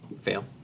Fail